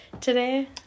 today